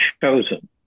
chosen